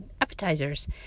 appetizers